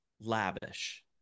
lavish